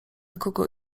kogo